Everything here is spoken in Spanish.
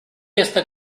hasta